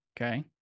Okay